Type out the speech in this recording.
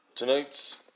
Tonight's